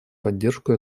поддержку